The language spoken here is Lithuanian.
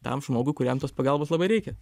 tam žmogui kuriam tos pagalbos labai reikia